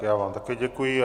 Já vám také děkuji.